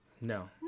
No